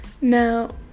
Now